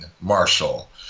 Marshall